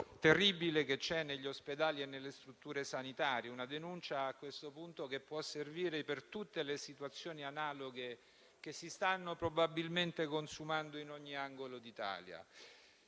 terribile che c'è negli ospedali e nelle strutture sanitarie. È una denuncia che a questo punto può servire per tutte le situazioni analoghe che si stanno probabilmente consumando in ogni angolo d'Italia.